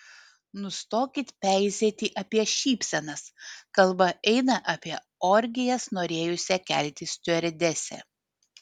nustokit peizėti apie šypsenas kalba eina apie orgijas norėjusią kelti stiuardesę